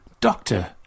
Doctor